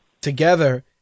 together